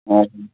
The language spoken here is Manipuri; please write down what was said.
ꯑꯣ